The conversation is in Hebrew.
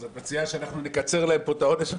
אז את מציעה שאנחנו נקצר להם פה את העונש עכשיו?